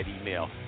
email